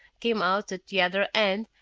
came out at the other end,